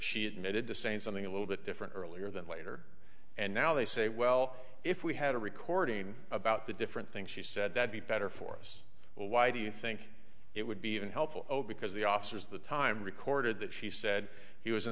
she admitted to saying something a little bit different earlier than later and now they say well if we had a recording about the different things she said that be better for us well why do you think it would be even helpful because the officers the time recorded that she said he was in